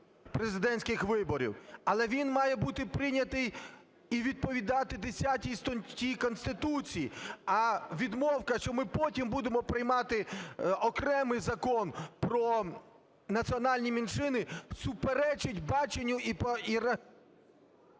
президентських виборів, але він має бути прийнятий і відповідати 10 статті Конституції. А відмовка, що ми потім будемо приймати окремий Закон про національні меншини, суперечить баченню…